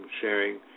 sharing